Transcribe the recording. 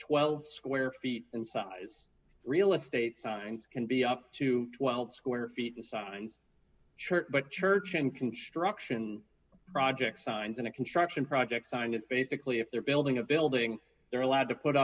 twelve square feet in size real estate signs can be up to twelve square feet and signs church but church in construction projects signs in a construction project sign that basically if they're building a building they're allowed to put